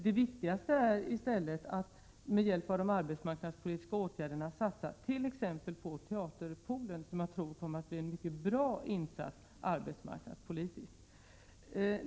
Det viktigaste är i stället att med hjälp av arbetsmarknadspolitiska åtgärder satsa på t.ex. Teaterpoolen, som jag tror kommer att kunna göra en mycket bra arbetsmarknadspolitisk insats.